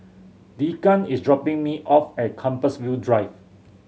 Deegan is dropping me off at Compassvale Drive